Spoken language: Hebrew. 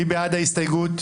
מי בעד ההסתייגות?